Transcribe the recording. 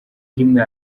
rimwe